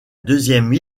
deuxième